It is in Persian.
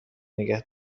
نگه